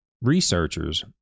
researchers